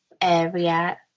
area